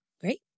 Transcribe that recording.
Great